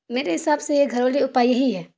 میرے حساب سے گھریلو اپائے ہی ہے